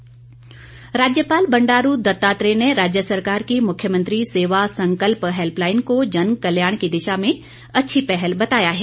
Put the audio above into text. राज्यपाल राज्यपाल बंडारू दत्तात्रेय ने राज्य सरकार की मुख्यमंत्री सेवा संकल्प हैल्पलाईन को जनकल्याण की दिशा में अच्छी पहल बताया है